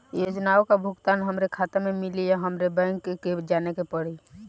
योजनाओ का भुगतान हमरे खाता में मिली या हमके बैंक जाये के पड़ी?